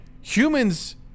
humans